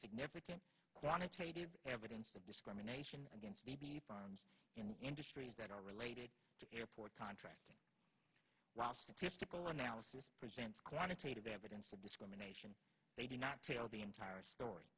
significant quantitative evidence of discrimination against maybe farms and industries that are related to airport contracting while statistical analysis presents quantitative evidence for discrimination they do not tell the entire story